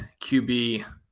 qb